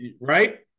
right